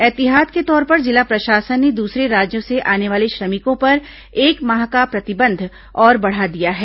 ऐहतियात के तौर पर जिला प्रशासन ने दूसरे राज्यों से आने वाले श्रमिकों पर एक माह का प्रतिबंध और बढ़ा दिया है